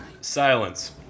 Silence